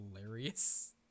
hilarious